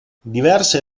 diverse